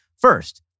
First